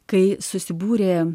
kai susibūrė